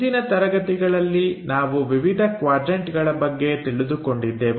ಹಿಂದಿನ ತರಗತಿಗಳಲ್ಲಿ ನಾವು ವಿವಿಧ ಕ್ವಾಡ್ರನ್ಟಗಳ ಬಗ್ಗೆ ತಿಳಿದುಕೊಂಡಿದ್ದೆವು